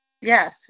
Yes